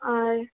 আর